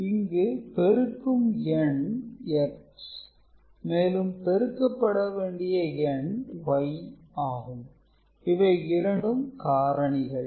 0 x 0 0 0 x 1 0 1 x 0 0 1 x 1 1 இங்கு பெருக்கும் என் x மேலும் பெருக்கப்பட வேண்டிய எண் y ஆகும் இவை இரண்டும் காரணிகள்